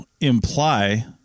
imply